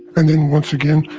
and then once again,